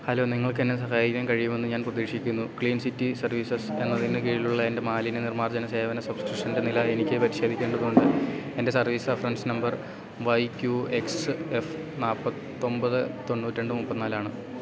hello നിങ്ങൾക്ക് എന്നെ സഹായിക്കാൻ കഴിയുമെന്ന് ഞാൻ പ്രതീക്ഷിക്കുന്നു ക്ലീൻ സിറ്റി സർവീസസ്സ് എന്നതിന് കീഴിലുള്ള എൻ്റെ മാലിന്യ നിർമാർജന സേവന സബ്സ്ക്രിപ്ഷൻ്റെ നില എനിക്ക് പരിശോധിക്കേണ്ടതുണ്ട് എൻ്റെ service reference number Y Q X F നാൽപ്പത്തൊമ്പത് തൊണ്ണൂറ്റിരണ്ട് മുപ്പത്തിനാലാണ്